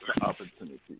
opportunity